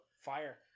fire